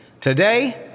Today